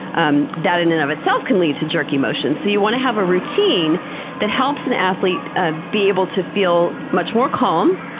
um that in and of itself can lead to jerky motions. so you want to have a routine that helps an athlete ah be able to feel much more calm.